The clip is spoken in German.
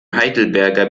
heidelberger